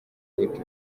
wihuta